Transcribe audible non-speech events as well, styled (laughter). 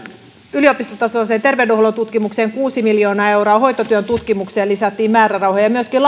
yliopistotasoiseen terveydenhuollon tutkimukseen kuusi miljoonaa euroa hoitotyön tutkimukseen lisättiin määrärahoja ja myöskin (unintelligible)